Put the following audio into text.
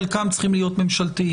חלקם צריכים להיות ממשלתיים,